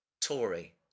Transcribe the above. Tory